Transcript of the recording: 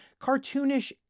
cartoonish